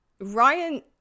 Ryan